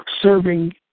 Serving